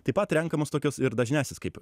taip pat renkamos tokios ir dažnesnės kaip